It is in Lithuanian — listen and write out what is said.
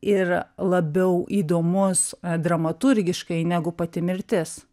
ir labiau įdomus dramaturgiškai negu pati mirtis